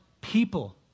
people